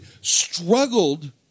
struggled